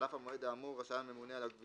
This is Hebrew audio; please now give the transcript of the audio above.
חלף המועד האמור רשאי הממונה על הגביה